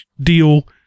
deal